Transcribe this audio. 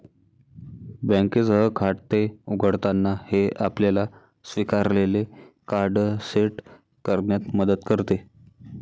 बँकेसह खाते उघडताना, हे आपल्याला स्वीकारलेले कार्ड सेट करण्यात मदत करते